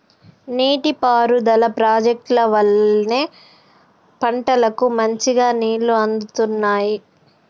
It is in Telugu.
నీటి పారుదల ప్రాజెక్టుల వల్లనే పంటలకు మంచిగా నీళ్లు అందుతున్నాయి